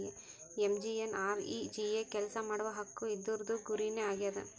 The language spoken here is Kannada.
ಎಮ್.ಜಿ.ಎನ್.ಆರ್.ಈ.ಜಿ.ಎ ಕೆಲ್ಸಾ ಮಾಡುವ ಹಕ್ಕು ಇದೂರ್ದು ಗುರಿ ನೇ ಆಗ್ಯದ